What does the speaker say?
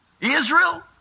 Israel